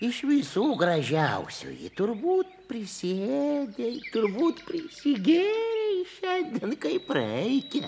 iš visų gražiausioji turbūt prisiėdei turbūt prisigėrei šiandien kaip reikia